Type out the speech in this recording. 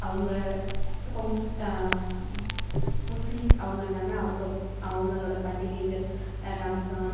அவங்க இப்போ முஸ் முஸ்லீம்ஸ் அவங்க இருந்தாங்கனா அவங்க அவங்களோட பண்டிகைகள் ரம்சான்